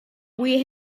wear